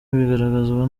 bigaragazwa